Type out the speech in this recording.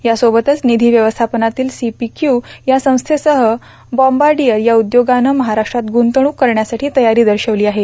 यासोबतच निधी व्यवस्थापनातील सीडीपीक्यू या संस्थेसह बॉम्बार्डिअर या उद्योगानं महाराष्ट्रात ग्रंतवणूक करण्याची तयारी दर्शवली आहे